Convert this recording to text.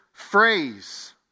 phrase